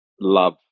love